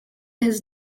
his